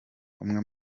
umwe